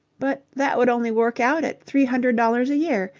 but that would only work out at three hundred dollars a year.